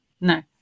No